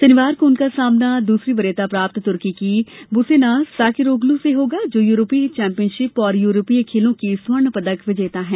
शनिवार को उनका सामना दूसरी वरीयता प्राप्त तुर्की की बुसेनाज साकिरोग्लू से होगा जो यूरोपीय चैम्पियनशिप और यूरोपीय खेलों की स्वर्ण पदक विजेता हैं